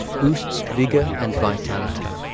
boosts vigor and vitality,